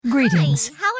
Greetings